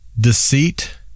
deceit